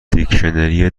دیکشنری